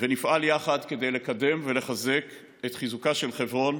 נפעל יחד כדי לקדם ולחזק את חברון.